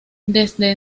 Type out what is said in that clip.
desde